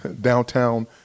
downtown